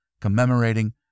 commemorating